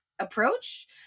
approach